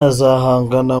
azahangana